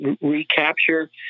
recapture